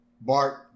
Bart